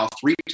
three